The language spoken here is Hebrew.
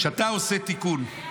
כשאתה עושה תיקון,